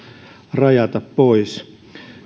rajata pois